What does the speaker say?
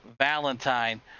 Valentine